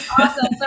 Awesome